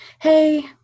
hey